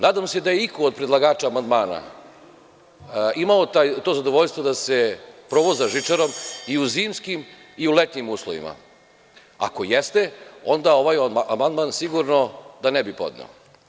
Nadam se da je iko od predlagača amandmana imao to zadovoljstvo da se provoza žičarom i u zimskim i u letnjim uslovima, ako jeste onda ovaj amandman sigurno da ne bih podneo.